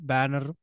Banner